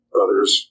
others